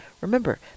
remember